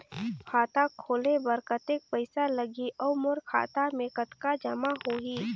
खाता खोले बर कतेक पइसा लगही? अउ मोर खाता मे कतका जमा होही?